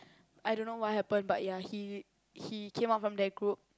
I dunno what happen but ya he he came out from that group